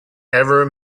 ever